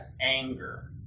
anger